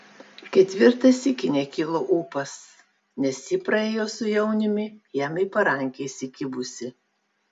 ketvirtą sykį nekilo ūpas nes ji praėjo su jauniumi jam į parankę įsikibusi